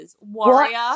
Warrior